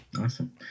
Awesome